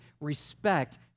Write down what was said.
respect